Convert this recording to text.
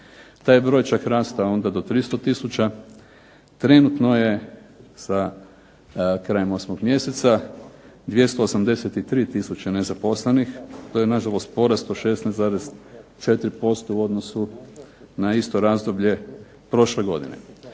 Taj je broj čak rastao onda do 300 tisuća. Trenutno je sa krajem 8. mjeseca 283 tisuće nezaposlenih. To je nažalost porast od 16,4% u odnosu na isto razdoblje prošle godine.